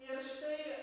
ir štai